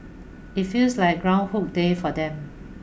it feels like Groundhog Day for them